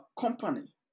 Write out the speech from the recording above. company